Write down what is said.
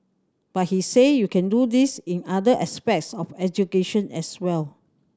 but he said you can do this in other aspects of education as well